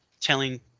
telling